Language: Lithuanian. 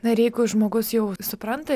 na ir jeigu žmogus jau supranta